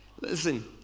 Listen